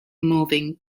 moving